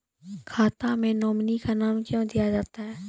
खाता मे नोमिनी का नाम क्यो दिया जाता हैं?